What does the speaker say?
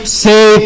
say